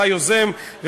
אתה היוזם,